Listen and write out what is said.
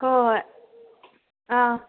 ꯍꯣꯏ ꯍꯣꯏ ꯑꯥ